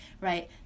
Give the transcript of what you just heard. right